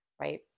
right